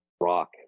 rock